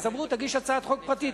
אמרו לי: תגיש הצעת חוק פרטית.